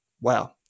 wow